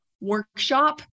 workshop